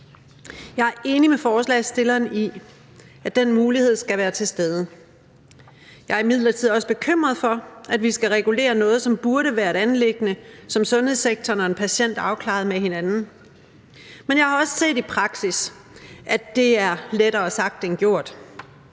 Jeg er enig med forslagsstilleren i, at den mulighed skal være til stede. Jeg er imidlertid også bekymret for, at vi skal regulere noget, som burde være et anliggende, som sundhedssektoren og en patient afklarer med hinanden. Men jeg har også set i praksis, at det er lettere sagt end gjort.